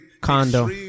Condo